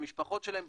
המשפחות שלהם,